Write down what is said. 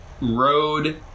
road